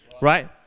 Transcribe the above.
right